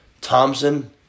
Thompson